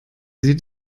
sieht